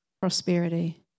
prosperity